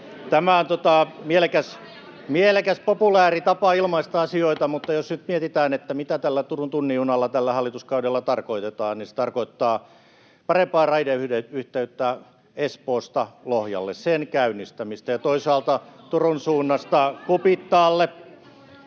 tämä on mielekäs populääri tapa ilmaista asioita, mutta jos nyt mietitään, mitä tällä Turun tunnin junalla tällä hallituskaudella tarkoitetaan, niin se tarkoittaa parempaa raideyhteyttä Espoosta Lohjalle, sen käynnistämistä, ja toisaalta Turun suunnasta Kupittaalle,